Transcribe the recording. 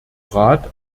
rat